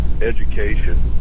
education